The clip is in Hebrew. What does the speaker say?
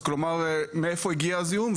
כלומר לראות מאיפה הגיע הזיהום,